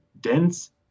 dense